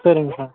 சரிங்க சார்